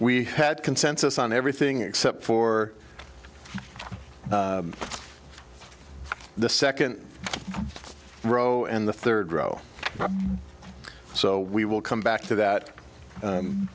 we had consensus on everything except for the second row and the third row so we will come back to that